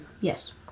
Yes